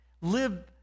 live